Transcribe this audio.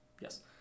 Yes